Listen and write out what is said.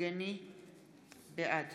בעד